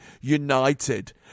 United